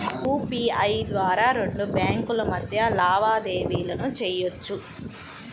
UPI ద్వారా రెండు బ్యేంకుల మధ్య లావాదేవీలను చెయ్యొచ్చు